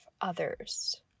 others